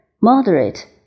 Moderate